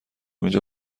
اینجا